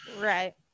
Right